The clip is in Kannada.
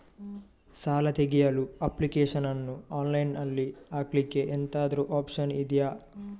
ಸಾಲ ತೆಗಿಯಲು ಅಪ್ಲಿಕೇಶನ್ ಅನ್ನು ಆನ್ಲೈನ್ ಅಲ್ಲಿ ಹಾಕ್ಲಿಕ್ಕೆ ಎಂತಾದ್ರೂ ಒಪ್ಶನ್ ಇದ್ಯಾ?